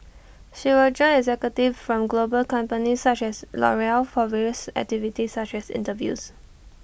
she will join executive from global companies such as Loreal for various activities such as interviews